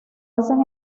hacen